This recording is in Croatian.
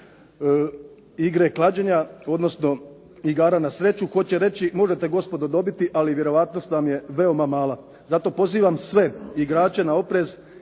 igre klađenja, odnosno igara na sreću hoće reći možete gospodo dobiti, ali vjerojatnost vam je veoma mala. Zato pozivam sve igrače na oprez